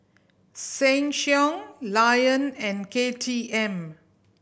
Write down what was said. Sheng Siong Lion and K T M